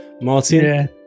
Martin